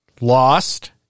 lost